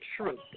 truth